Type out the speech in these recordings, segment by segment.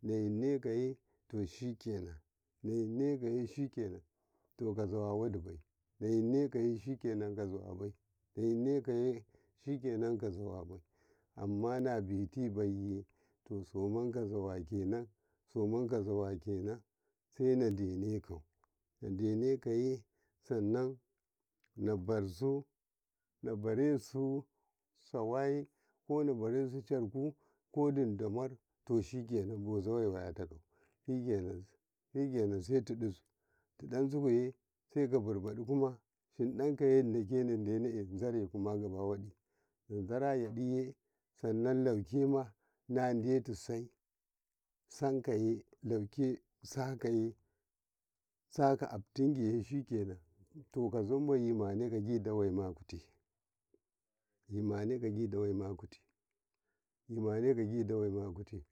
snayikaye to shiken nayikaye to shiken toka zawa wadabai, nayikaye kazawa wadibai nayikaye shiken kaza wabai, ama nabatibaye tasomaka zawa ken somaka zawaken senadebeko nadenekaye nabasu nabarasu sawaye ko nabarasu charku kodidamar to shiken, bozawai wayatako shiken shiken saitissu ditasukuye seka bibadaya hinda kaye ina kuma sai naazare gabawada nazare yadi ayen sanan wakima nadeto nadeto sai sankaye laukesakeye lauke sakeye sake abitinkiiye shiken to kazubaiye yimakaye kajidawaye yimaneka kajidawaye yimekejidawa ya kuti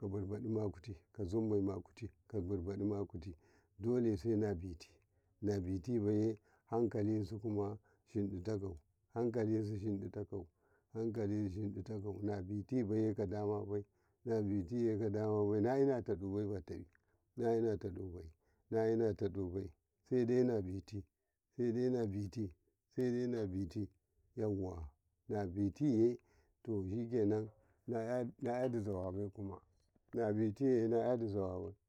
kabibadama kuti, ka zunbai makuti dela sai nabiti nabitibibaye hankalisu hinditako hankalkisu hinditiko hankalisu hinditako nabitibaye kadamabai naina taubai fatayi nainatabai fatai nainataubai saidai denabiti sai daidenabiti saidai nabiti yawa nabitiye to shiken nakyadi zuwabai nakyadi zawabai kuma nabitiye nakyadi zawabe kuma nabitiye nakyadi zawabai kuma nakyadi zawabai kuma.